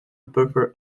buffer